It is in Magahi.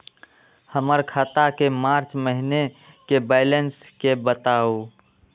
हमर खाता के मार्च महीने के बैलेंस के बताऊ?